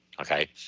Okay